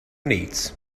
needs